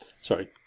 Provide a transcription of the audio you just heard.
Sorry